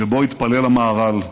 שבו התפלל המהר"ל.